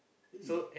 really